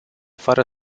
fără